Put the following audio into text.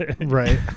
Right